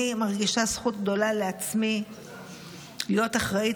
אני מרגישה זכות גדולה לעצמי להיות אחראית